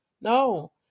no